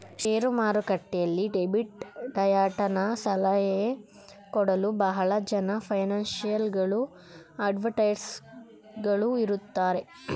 share ಮಾರುಕಟ್ಟೆಯಲ್ಲಿ debit ಡಯಟನ ಸಲಹೆ ಕೊಡಲು ಬಹಳ ಜನ ಫೈನಾನ್ಸಿಯಲ್ ಗಳು ಅಡ್ವೈಸರ್ಸ್ ಗಳು ಇರುತ್ತಾರೆ